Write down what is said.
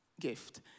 gift